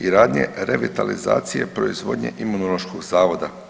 i radnje revitalizacije proizvodnje Imunološkog zavoda.